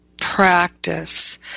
practice